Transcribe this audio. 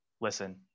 listen